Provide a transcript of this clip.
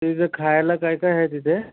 तिथे खायला काय काय आहे तिथे